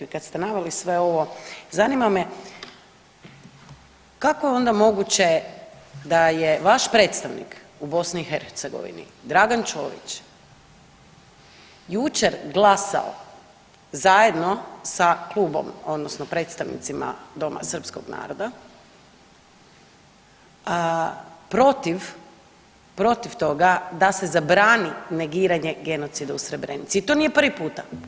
I kada ste naveli sve ovo zanima me kako je onda moguće da je vaš predstavnik u Bosni i Hercegovini Dragan Ćović jučer glasao zajedno sa klubom odnosno predstavnicima Doma srpskog naroda protiv toga da se zabrani negiranje genocida u Srebrenici i to nije prvi puta.